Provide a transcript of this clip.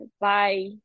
Bye